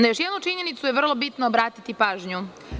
Na još jednu činjenicu je vrlo bitno obratiti pažnju.